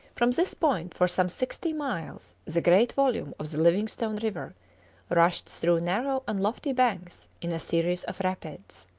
from this point for some sixty miles the great volume of the livingstone river rushed through narrow and lofty banks in a series of rapids.